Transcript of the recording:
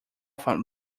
from